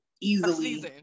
easily